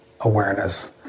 awareness